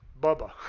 Bubba